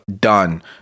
done